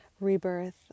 rebirth